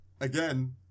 again